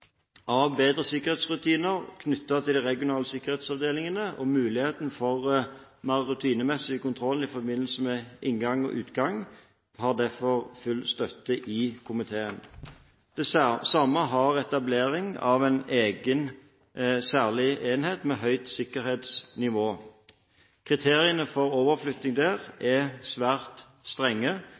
av bedre sikkerhetsrutiner knyttet til de regionale sikkerhetsavdelingene og muligheten for mer rutinemessig kontroll i forbindelse med inngang og utgang har derfor full støtte i komiteen. Det samme har etablering av en egen enhet med særlig høyt sikkerhetsnivå. Kriteriene for overflytting dit er svært strenge.